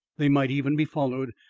they might even be followed.